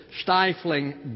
stifling